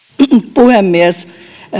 puhemies